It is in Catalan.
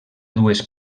dues